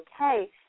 okay